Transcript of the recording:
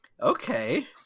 okay